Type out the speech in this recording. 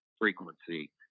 frequency